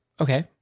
Okay